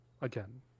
again